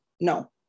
No